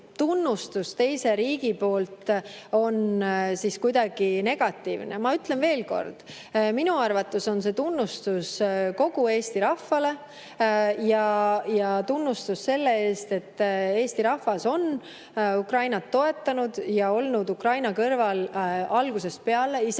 et isegi teise riigi tunnustus on kuidagi negatiivne. Ma ütlen veel kord, et minu arvates on see tunnustus kogu Eesti rahvale ja tunnustus selle eest, et Eesti rahvas on Ukrainat toetanud ja olnud Ukraina kõrval algusest peale, isegi